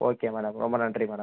okay madam ரொம்ப நன்றி madam